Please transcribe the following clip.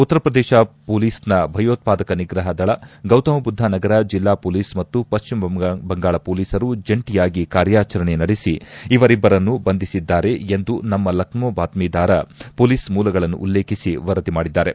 ಉತ್ತರ ಪ್ರದೇಶ ಪೊಲೀಸ್ನ ಭಯೋತ್ಪಾದಕ ನಿಗ್ರಹ ದಳ ಗೌತಮಬುದ್ಲ ನಗರ ಜಿಲ್ಲಾ ಪೊಲೀಸ್ ಮತ್ತು ಪಶ್ಲಿಮ ಬಂಗಾಳ ಪೊಲೀಸರು ಜಂಟಿಯಾಗಿ ಕಾರ್ಯಾಚರಣೆ ನಡೆಸಿ ಇವರಿಬ್ಬರನ್ನು ಬಂಧಿಸಿದ್ದಾರೆ ಎಂದು ನಮ್ನ ಲಕ್ನೋ ಬಾತ್ಸೀದಾರ ಪೊಲೀಸ್ ಮೂಲಗಳನ್ನು ಉಲ್ಲೇಖಿಸಿ ವರದಿ ಮಾಡಿದ್ದಾರೆ